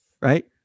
Right